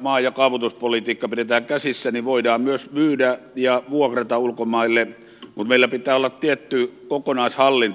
maa ja kaavoituspolitiikka pidetään käsissä voidaan myös myydä ja vuokrata ulkomaille mutta meillä pitää olla tietty kokonaishallinta